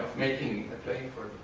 making a play for